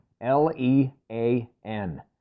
L-E-A-N